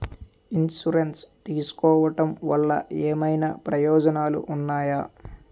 Insurance తీసుకోవటం వల్ల ఏమైనా ప్రయోజనాలు ఉన్నాయా?